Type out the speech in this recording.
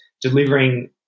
delivering